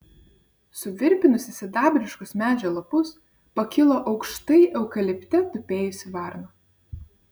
suvirpinusi sidabriškus medžio lapus pakilo aukštai eukalipte tupėjusi varna